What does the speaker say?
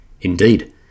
Indeed